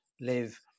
live